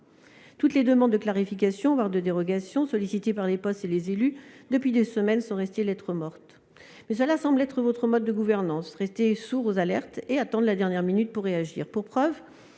Toutes les demandes de clarifications, voire de dérogations, sollicitées par les postes et les élus depuis des semaines sont restées lettres mortes. Mais cela semble être votre mode de gouvernance : rester sourd aux alertes et attendre la dernière minute pour réagir. Pour preuve,